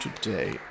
today